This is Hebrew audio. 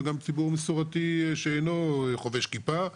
וגם הציבור הדתי לאומי וגם ציבור מסורתי שאינו חובש כיפה,